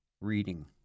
reading